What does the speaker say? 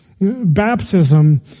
Baptism